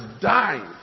dying